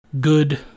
good